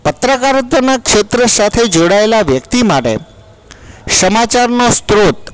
પત્રકારના ક્ષેત્રના જોડાયેલાં વ્યક્તિ માંટે સમાચારનો સ્ત્રોત